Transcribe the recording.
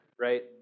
right